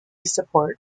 support